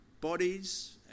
bodies